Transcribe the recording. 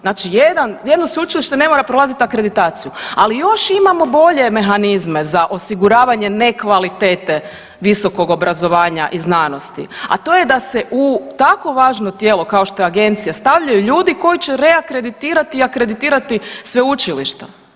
Znači jedan, jedno sveučilište ne mora prolaziti akreditaciju, ali još imamo bolje mehanizme za osiguravanje ne kvalitete visokog obrazovanja i znanosti, a to je da se u tako važno tijelo kao što je agencija stavljaju ljudi koji će reakreditirati i akreditirati sveučilišta.